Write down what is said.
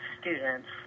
students